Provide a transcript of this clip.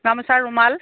গামোচা ৰুমাল